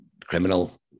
criminal